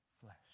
flesh